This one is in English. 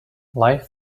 life